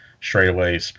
straightaway